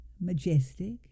Majestic